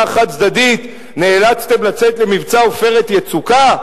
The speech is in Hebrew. החד-צדדית נאלצתם לצאת למבצע "עופרת יצוקה"?